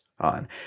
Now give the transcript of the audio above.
on